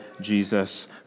Jesus